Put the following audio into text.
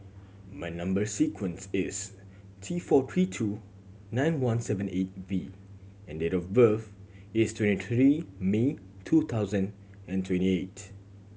number sequence is T four three two nine one seven eight V and date of birth is twenty three May two thousand and twenty eight